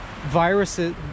viruses